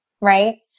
right